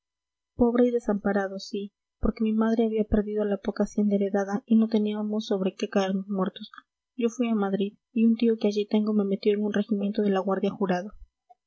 pobre y desamparado sí porque mi madre había perdido la poca hacienda heredada y no teníamos sobre qué caernos muertos yo fui a madrid y un tío que allí tengo me metió en un regimiento de la guardia jurada